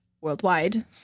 worldwide